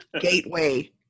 Gateway